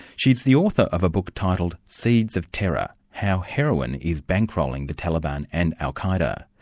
she's the author of a book titled seeds of terror how heroin is bankrolling the taliban and al qa'eda.